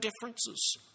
differences